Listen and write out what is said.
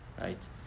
right